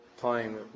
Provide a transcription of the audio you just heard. time